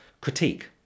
critique